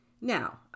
Now